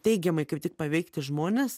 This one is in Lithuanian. teigiamai kaip tik paveikti žmones